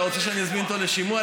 אתה רוצה שאני אזמין אותו לשימוע?